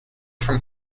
from